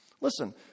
Listen